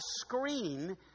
screen